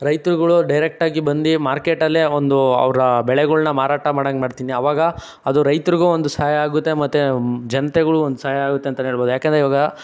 ರೈತರುಗಳು ಡೈರೆಕ್ಟಾಗಿ ಬಂದು ಮಾರ್ಕೆಟಲ್ಲೇ ಒಂದು ಅವರ ಬೆಳೆಗಳನ್ನ ಮಾರಾಟ ಮಾಡೋಂಗೆ ಮಾಡ್ತೀನಿ ಆವಾಗ ಅದು ರೈತರಿಗೂ ಒಂದು ಸಹಾಯ ಆಗುತ್ತೆ ಮತ್ತೆ ಜನತೆಗಳು ಒಂದು ಸಹಾಯ ಆಗುತ್ತೆ ಅಂತಲೇ ಹೇಳ್ಬೋದು ಏಕೆಂದರೆ ಈವಾಗ